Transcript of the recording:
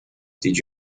did